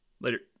Later